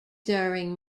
during